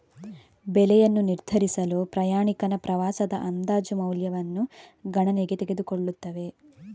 ಬೆಲೆಯನ್ನು ನಿರ್ಧರಿಸಲು ಪ್ರಯಾಣಿಕನ ಪ್ರವಾಸದ ಅಂದಾಜು ಮೌಲ್ಯವನ್ನು ಗಣನೆಗೆ ತೆಗೆದುಕೊಳ್ಳುತ್ತವೆ